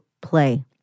play